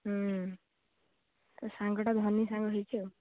ହୁଁ ତା' ସାଙ୍ଗଟା ଧନୀ ସାଙ୍ଗ ହେଇଛି ଆଉ